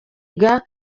kwiga